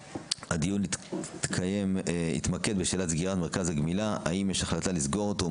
הדיון יתמקד בשאלת סגירת מרכז הגמילה האם יש החלטה לסגור אותו,